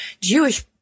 Jewish